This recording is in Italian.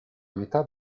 metà